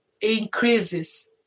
increases